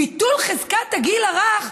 ביטול חזקת הגיל הרך,